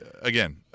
again